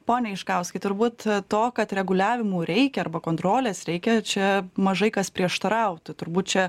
pone juškauskai turbūt to kad reguliavimų reikia arba kontrolės reikia čia mažai kas prieštarautų turbūt čia